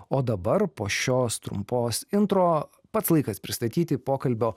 o dabar po šios trumpos intro pats laikas pristatyti pokalbio